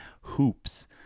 hoops